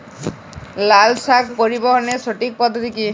লালশাক পরিবহনের সঠিক পদ্ধতি কি?